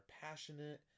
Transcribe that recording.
passionate